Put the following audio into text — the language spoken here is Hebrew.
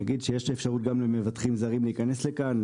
יש אפשרות גם למבטחים זרים להיכנס לכאן.